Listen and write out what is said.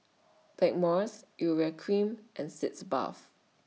Blackmores Urea Cream and Sitz Bath